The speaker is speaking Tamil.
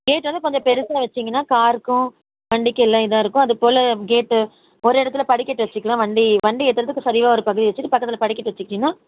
கேட்டு வந்து கொஞ்சம் பெருசாக வச்சுங்கனா காருக்கும் வண்டிக்கும் எல்லாம் இதாக இருக்கும் அதுப்போல் கேட்டு ஒரு இடத்துல படிக்கட்டு வச்சுக்கலாம் வண்டி வண்டி ஏற்றுறதுத்துக்கு சரிவாக ஒரு படியே வச்சுட்டு பக்கத்தில் படிக்கட்டு வச்சுட்டிங்கனா